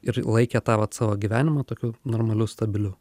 ir laikė tą vat savo gyvenimą tokiu normaliu stabiliu